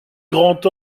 grand